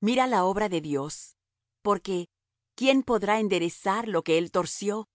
mira la obra de dios porque quién podrá enderezar lo que él torció